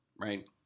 right